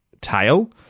tail-